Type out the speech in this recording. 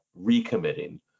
recommitting